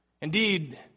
Indeed